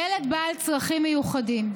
ילד בעל צרכים מיוחדים.